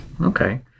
Okay